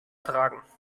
tragen